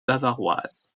bavaroise